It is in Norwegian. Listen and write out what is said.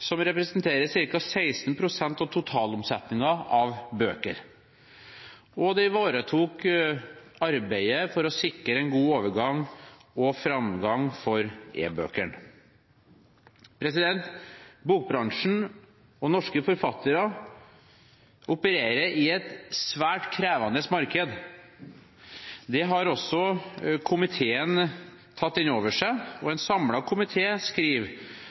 som representerer ca. 16 pst. av totalomsetningen av bøker. Det ivaretok arbeidet for å sikre en god overgang og framgang for e-bøkene. Bokbransjen og norske forfattere opererer i et svært krevende marked. Det har også komiteen tatt inn over seg. En samlet komité skriver: